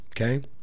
Okay